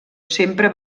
sempre